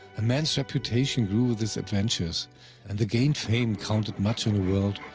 a man's reputation grew with his adventures and the gained fame counted much in a world,